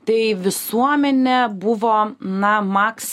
tai visuomenė buvo na max